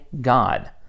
God